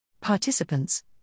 Participants